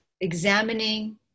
examining